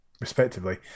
respectively